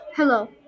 Hello